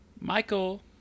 Michael